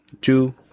two